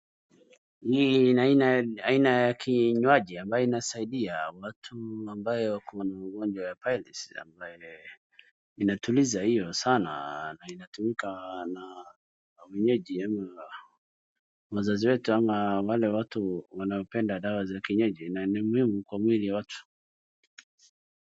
Hii ni aina ya kinywaji ambayo inasaidia watu ambayo wako na ugonjwa wa piles ambayo inatuliza hilo sana na inatumika na wenyeji ama wazazi wetu ama wale watu wanaopenda dawa za kienyeji na ni muhimu kwa mwili wa watu.